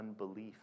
unbelief